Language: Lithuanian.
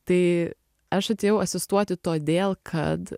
tai aš atėjau asistuoti todėl kad